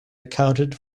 accounted